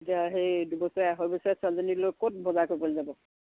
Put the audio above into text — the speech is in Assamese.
এতিয়া সেই দুবছৰীয়া হৈ গৈছে ছোৱালজনী লৈ ক'ত বজাৰ কৰিবলৈ যাব